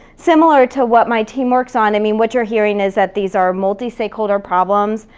similar to what my team works on, i mean, what you're hearing is that these are multi-stakeholder problems,